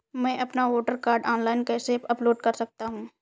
मैं अपना voter card online कैसे अपलोड कर सकता हूँ?